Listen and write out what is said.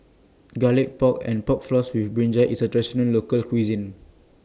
Garlic Pork and Pork Floss with Brinjal IS A Traditional Local Cuisine